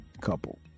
couple